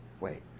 wait